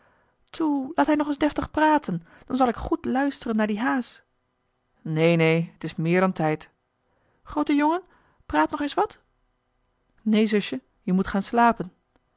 laat hij nog eens deftig praten dan zal ik goed luisteren naar die h's joh h been paddeltje de scheepsjongen van michiel de ruijter neen neen t is meer dan tijd groote jongen praat nog eens wat neen zusje je moet gaan slapen